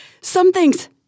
Something's